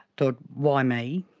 thought, why me?